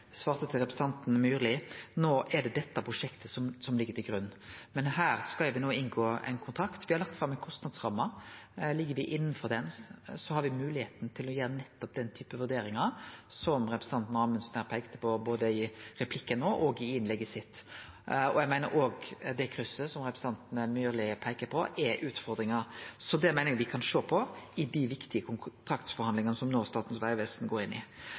representanten Myrli: No er det dette prosjektet som ligg til grunn. Men her skal me no inngå ein kontrakt, me har lagt fram ei kostnadsramme. Ligg me innanfor den, har me moglegheit til å gjere nettopp den typen vurderingar som representanten Amundsen her peikte på både i replikken no og i innlegget sitt. Eg meiner òg at det krysset som representanten Myrli peiker på, er ei utfordring, så det meiner eg me kan sjå på i dei viktige kontraktforhandlingane som Statens vegvesen no går inn i.